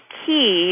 key